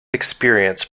experience